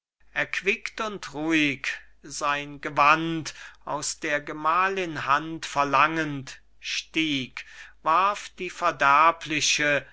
erquickt und ruhig sein gewand aus der gemahlin hand verlangend stieg warf die verderbliche